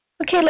Okay